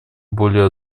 более